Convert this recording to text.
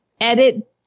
edit